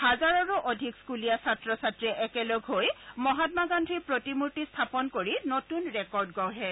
হাজাৰৰো অধিক স্ভুলীয়া ছাত্ৰ ছাত্ৰীয়ে একেলগ হৈ মহামা গাদ্ধীৰ প্ৰতিমূৰ্তি স্থাপন কৰি নতুন ৰেকৰ্ড গঢ়ে